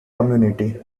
community